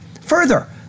Further